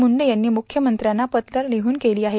मुंडे यांनी मुख्यमंत्र्यांना पत्र लिहून केली आहे